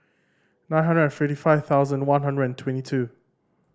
nine hundred and fifty five thousand one hundred and twenty two